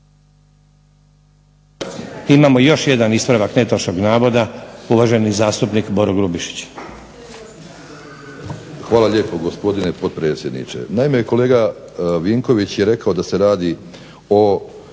Imamo još jedan ispravak netočnog navoda, uvaženi zastupnik Boro Grubišić.